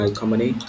company